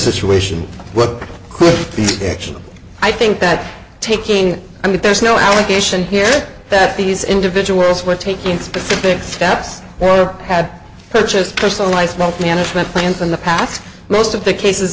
situation could be i think that taking i mean there's no allegation here that these individuals were taking specific steps or had purchased personal life wealth management plans in the past most of the cases